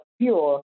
pure